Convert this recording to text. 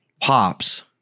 pops